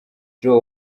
joe